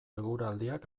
eguraldiak